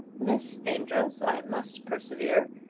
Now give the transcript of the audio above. miss amedroz, i must persevere,